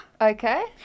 Okay